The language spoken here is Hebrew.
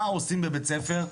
מה עושים בבית הספר?